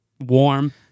warm